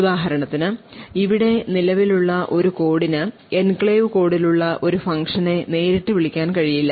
ഉദാഹരണത്തിന് ഇവിടെ നിലവിലുള്ള ഒരു കോഡിന് എൻക്ലേവ് കോഡിലുള്ള ഒരു ഫംഗ്ഷനെ നേരിട്ട് വിളിക്കാൻ കഴിയില്ല